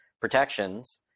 protections